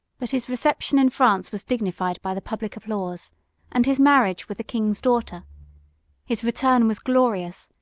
but his reception in france was dignified by the public applause, and his marriage with the king's daughter his return was glorious,